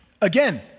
Again